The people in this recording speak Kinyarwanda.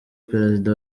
perezida